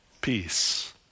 peace